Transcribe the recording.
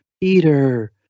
Peter